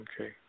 Okay